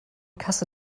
kasse